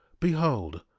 behold,